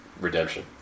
redemption